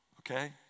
Okay